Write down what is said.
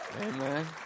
Amen